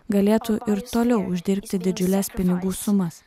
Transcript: galėtų ir toliau uždirbti didžiules pinigų sumas